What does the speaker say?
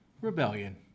Rebellion